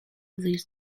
these